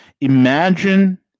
Imagine